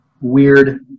weird